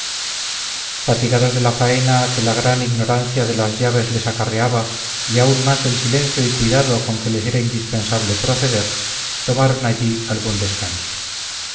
fatigados de la faena que la ignorancia de las llaves les acarreaba y aún más del silencio y cuidado con que les era indispensable proceder tomaron allí algún descanso